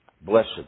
Blessed